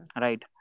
right